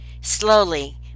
Slowly